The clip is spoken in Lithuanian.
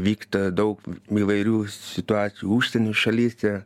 vyksta daug įvairių situacijų užsienio šalyse